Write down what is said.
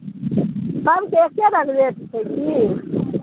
सबके एके रङ्ग रेट छै कि